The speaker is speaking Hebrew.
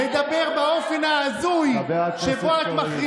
לדבר באופן ההזוי שבו את, חבר הכנסת קריב.